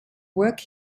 work